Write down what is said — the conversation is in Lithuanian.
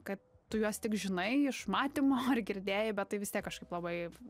kad tu juos tik žinai iš matymo ar girdėjai bet tai vis tiek kažkaip labai